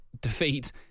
defeat